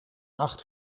acht